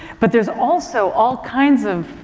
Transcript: but there's also all kinds of,